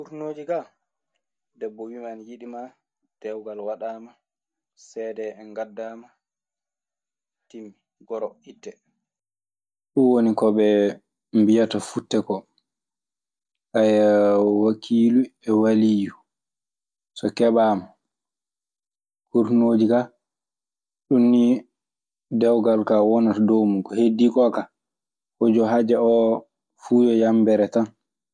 Kurtinooji kaa debbo wiima ana yiɗimaa dewgal wandaama seede en ngaddaama goro ittee timmi. Ɗun woni ko ɓe mbiyata futte koo. wakiilu e waliyyu so keɓaama, kurtuŋooji kaa. Ɗun nii dewgal kaa wonata e dow mun. Ko heddii koo kaa, huju haja oo fuu yo yambere tan.